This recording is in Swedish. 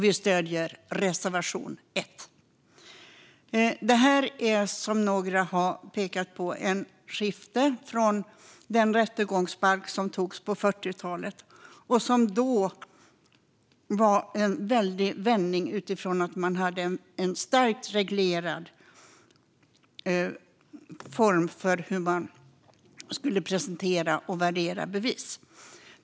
Vi stöder reservation 1. Detta är, som några har pekat på, ett skifte från den rättegångsbalk som antogs på 40-talet och som då var en väldig vändning. Man hade en starkt reglerad form för hur man skulle presentera och värdera bevis.